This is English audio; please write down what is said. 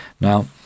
Now